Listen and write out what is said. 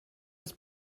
das